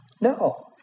No